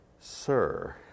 sir